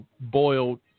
boiled